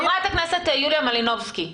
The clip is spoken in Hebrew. חברת הכנסת יוליה מלינובסקי,